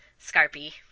Scarpy